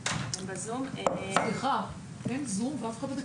של הנצחת הרב עובדיה